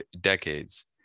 decades